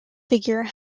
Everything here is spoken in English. figure